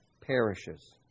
perishes